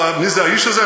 מי זה האיש הזה?